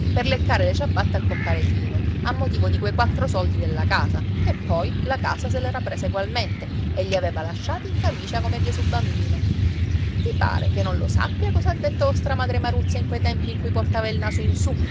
per leccare le ciabatte a compare tino a motivo di quei quattro soldi della casa che poi la casa se l'era presa egualmente e li aveva lasciati in camicia come esú ambino i pare che non lo sappia cosa ha detto vostra madre maruzza in quei tempi in cui portava il naso in su